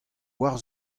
war